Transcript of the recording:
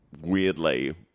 weirdly